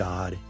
God